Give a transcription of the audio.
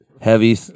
heavy